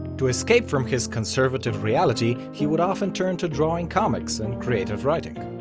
to escape from his conservative reality, he would often turn to drawing comics and creative writing.